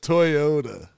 Toyota